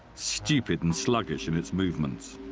stupid and sluggish in its movements.